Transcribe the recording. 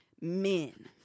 Men